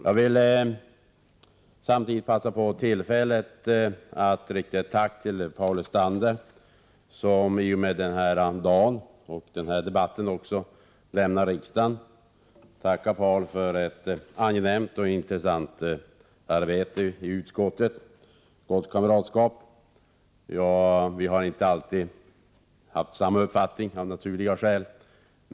Jag vill samtidigt passa på tillfället att rikta ett tack till Paul Lestander, som i och med denna dag och denna debatt lämnar riksdagen. Jag vill tacka Paul för ett angenämt och intressant arbete i utskottet och gott kamratskap. Vi har inte alltid haft samma uppfattning, av naturliga skäl.